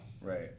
Right